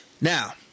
Now